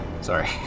sorry